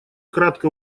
кратко